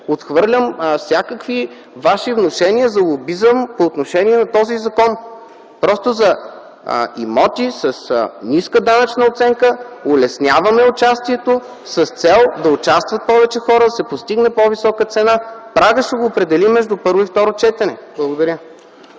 Отхвърлям всякакви ваши внушения за лобизъм по отношение на този закон. За имоти с ниска данъчна оценка улесняваме участието с цел да участват повече хора, да се постигне по-висока цена. Прагът ще го определим между първо и второ четене. Благодаря.